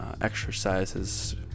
exercises